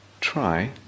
try